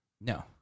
No